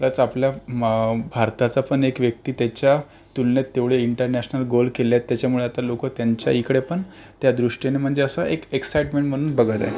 रच आपल्या भारताचापण एक व्यक्ती त्याच्या तुलनेत तेवढे इंटरनॅशनल गोल केले आहेत त्याच्यामुळे आता लोक त्यांच्याइकडेपण त्या दृष्टीने म्हणजे असं एक एक्साइटमेंट म्हणून बघत आहे